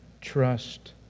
trust